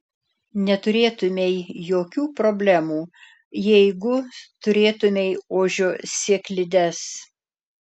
neturėtumei jokių problemų jeigu turėtumei ožio sėklides